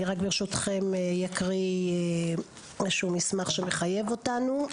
אני רק אקריא מסמך שמחייב אותנו.